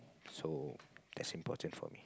so that's important for me